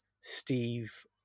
Steve